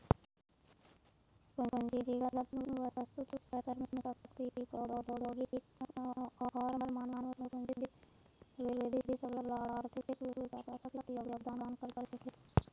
पूंजीगत वस्तु, श्रम शक्ति, प्रौद्योगिकी आर मानव पूंजीत वृद्धि सबला आर्थिक विकासत योगदान कर छेक